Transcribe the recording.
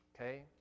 Okay